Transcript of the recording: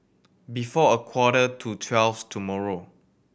before a quarter to twelve tomorrow